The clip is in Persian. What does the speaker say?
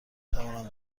توانم